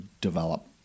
develop